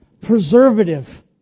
preservative